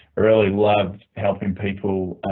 really love helping people.